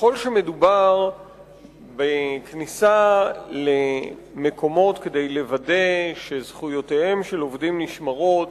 ככל שמדובר בכניסה למקומות כדי לוודא שזכויותיהם של עובדים נשמרות,